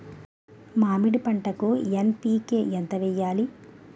మామిడి పంటకి ఎన్.పీ.కే ఎంత వెయ్యాలి?